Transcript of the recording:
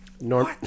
norm